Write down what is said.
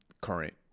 current